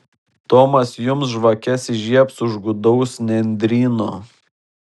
tomas jums žvakes įžiebs už gūdaus nendryno